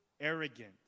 Arrogant